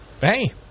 Hey